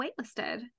waitlisted